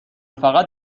فقط